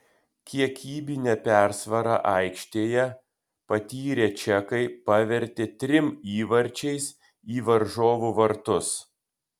kiekybinę persvarą aikštėje patyrę čekai pavertė trim įvarčiais į varžovų vartus